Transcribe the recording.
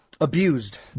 abused